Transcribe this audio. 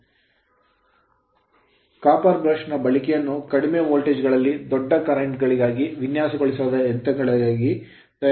Copper brush ತಾಮ್ರದ brush ನ ಬಳಕೆಯನ್ನು ಕಡಿಮೆ ವೋಲ್ಟೇಜ್ ಗಳಲ್ಲಿ ದೊಡ್ಡ current ಕರೆಂಟ್ ಗಳಿಗಾಗಿ ವಿನ್ಯಾಸಗೊಳಿಸಲಾದ ಯಂತ್ರಗಳಿಗಾಗಿ ತಯಾರಿಸಲಾಗುತ್ತದೆ